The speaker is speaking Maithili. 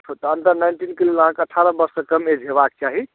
तऽ अण्डर नाइन्टीनके लेल अहाँकेँ अठारह वर्षसँ कम एज हेबाक चाही